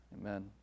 Amen